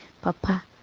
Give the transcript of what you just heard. Papa